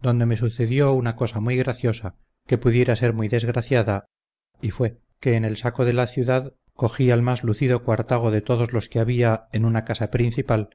donde me sucedió una cosa muy graciosa que pudiera ser muy desgraciada y fue que en el saco de la ciudad cogí al más lucido cuartago de todos los que había en una casa principal